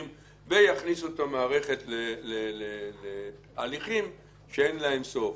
ויכניסו את המערכת להליכים שאין להם סוף.